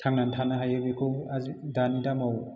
थांनानै थानो हायो बेखौ दानि दामाव